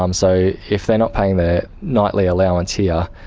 um so if they're not paying their nightly allowance here,